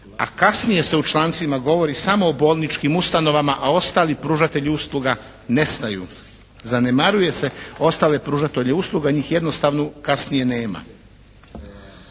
a kasnije se u člancima govori samo o bolničkim ustanovama a ostali pružatelji usluga nestaju. Zanemaruje se ostale pružatelje usluga, njih jednostavno kasnije nema.